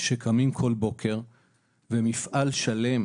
שקמים כל בוקר למפעל שלם